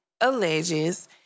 alleges